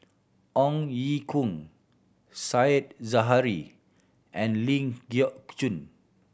Ong Ye Kung Said Zahari and Ling Geok Choon